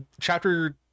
chapter